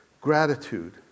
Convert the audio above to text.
Gratitude